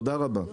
תודה רבה.